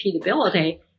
repeatability